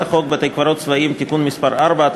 הצעת חוק בתי-קברות צבאיים (תיקון מס' 4),